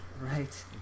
Right